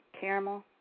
caramel